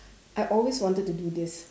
I always wanted to do this